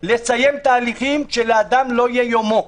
לסיים את ההליכים שלאדם לא יהיה יומו.